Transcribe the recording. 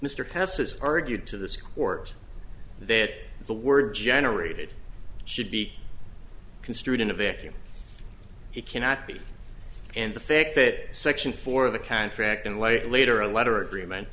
tessa's argued to this court that the word generated should be construed in a vacuum he cannot be and the fact that section four of the contract in late later a letter agreement